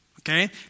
okay